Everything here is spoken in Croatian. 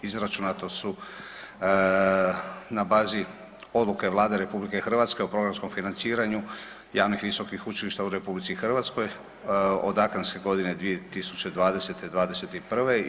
Izračunata su na bazi Odluke Vlade RH o programskom financiranju javnih visokih učilišta u RH od akademske godine 2020./'21.